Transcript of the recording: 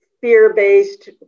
fear-based